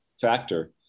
factor